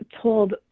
told